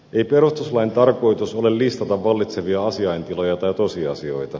ei perustuslain tarkoitus ole listata vallitsevia asiaintiloja tai tosiasioita